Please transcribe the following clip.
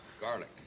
garlic